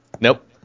nope